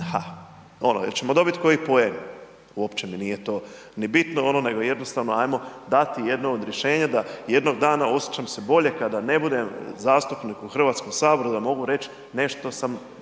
dan, ono jel' ćemo dobiti koji poen, uopće mi nije to ni bitno nego jednostavno ajmo dati jedno od rješenja da jednog dana osjećam se bolje kada ne budem zastupnik u Hrvatskom saboru, da mogu reći nešto sam